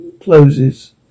closes